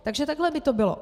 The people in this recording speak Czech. Takže takhle by to bylo.